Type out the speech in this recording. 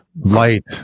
Light